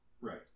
Right